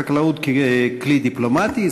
החקלאות ככלי דיפלומטי,